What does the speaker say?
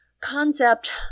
concept